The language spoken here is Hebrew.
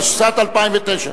התשע"א-2011,